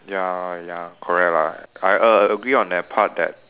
ya ya correct lah I a~ agree on that part that